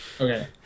Okay